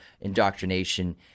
indoctrination